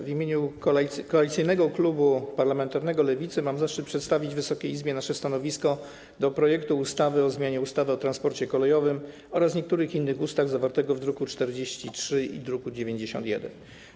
W imieniu Koalicyjnego Klubu Parlamentarnego Lewicy mam zaszczyt przedstawić Wysokiej Izbie nasze stanowisko wobec projektu ustawy do zmianie ustawy o transporcie kolejowym oraz niektórych innych ustaw zawartego w drukach nr 43 i 91.